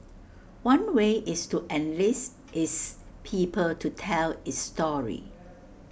one way is to enlist its people to tell its story